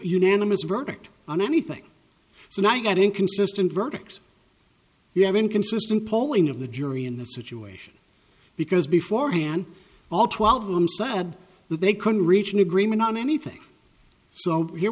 unanimous verdict on anything so i got inconsistent verdicts you have inconsistent polling of the jury in the situation because before hand all twelve of them sad that they couldn't reach an agreement on anything so here